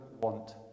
want